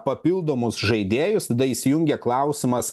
papildomus žaidėjus tada įsijungia klausimas